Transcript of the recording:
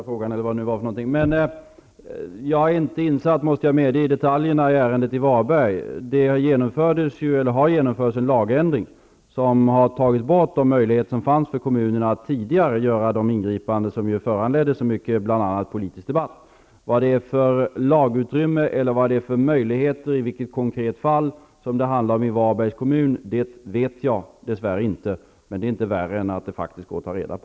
Fru talman! Jag är inte insatt i detaljerna i ärendet om Varberg. Det har genomförts en lagändring där möjligheter har tagits bort som tidigare fanns för kommunerna att göra de ingripanden som föranledde så mycket debatter, bl.a. politiska sådana. Jag vet dess värre inte vilket konkret fall, lagutrymme eller möjligheter frågan gäller i Varbergs kommun. Men det är inte värre än att det faktiskt går att ta reda på.